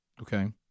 Okay